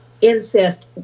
Incest